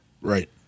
Right